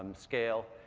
um scale,